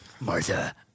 Martha